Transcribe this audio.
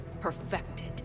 perfected